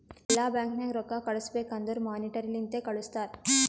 ಎಲ್ಲಾ ಬ್ಯಾಂಕ್ ನಾಗ್ ರೊಕ್ಕಾ ಕಳುಸ್ಬೇಕ್ ಅಂದುರ್ ಮೋನಿಟರಿ ಲಿಂತೆ ಕಳ್ಸುತಾರ್